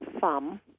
thumb